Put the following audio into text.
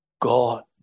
God